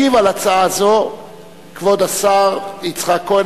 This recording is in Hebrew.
ישיב על הצעה זו כבוד השר יצחק כהן,